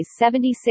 76